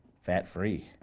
fat-free